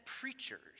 preachers